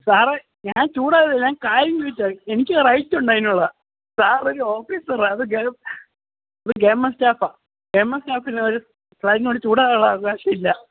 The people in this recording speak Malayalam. സാറേ ഞാൻ ചൂടായതല്ല ഞാൻ കാര്യം ചോദിച്ചതാണ് എനിക്ക് റൈറ്റുണ്ട് അതിനുള്ള സാർ ഒരു ഓഫീസറാണ് അതും അതും ഗവൺമെൻറ്റ് സ്റ്റാഫാണ് ഗവൺമെൻറ്റ് സ്റ്റാഫിന് ഒരു ക്ലൈൻറ്റിനോട് ചൂടാകാനുള്ള അവകാശമില്ല